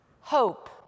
hope